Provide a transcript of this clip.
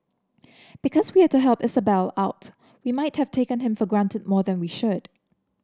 because we had to help Isabelle out we might have taken him for granted more than we should